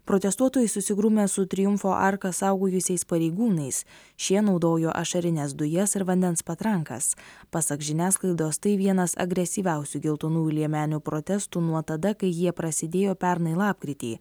protestuotojai susigrūmė su triumfo arką saugojusiais pareigūnais šie naudojo ašarines dujas ir vandens patrankas pasak žiniasklaidos tai vienas agresyviausių geltonųjų liemenių protestų nuo tada kai jie prasidėjo pernai lapkritį